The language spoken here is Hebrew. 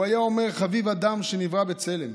"הוא היה אומר: חביב אדם שנברא בצלם.